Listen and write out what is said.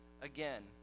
Again